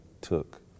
took